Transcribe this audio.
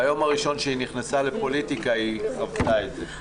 ביום הראשון שהיא נכנסה לפוליטיקה היא חוותה את זה,